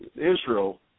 Israel